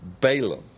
Balaam